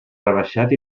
rebaixat